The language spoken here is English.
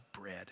bread